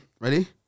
Ready